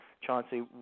Chauncey